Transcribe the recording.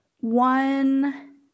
one